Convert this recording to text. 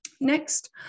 Next